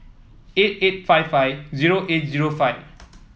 eight eight five five zero eight zero five